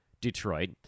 Detroit